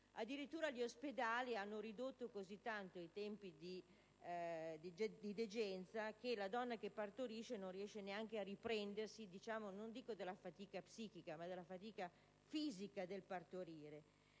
Addirittura gli ospedali hanno ridotto così tanto i tempi di degenza che la donna che partorisce non riesce a riprendersi, se non dalla fatica psichica, nemmeno dalla fatica fisica del parto.